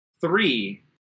three